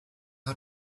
how